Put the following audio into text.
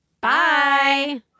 Bye